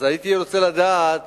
אז הייתי רוצה לדעת